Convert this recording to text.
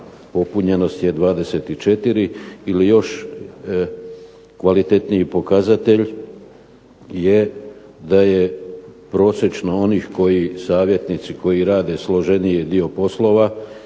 popunjenost je 24 ili još kvalitetniji pokazatelj je da je prosječno onih koji savjetnici koji rade složeniji dio poslova